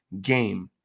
game